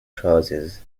trousers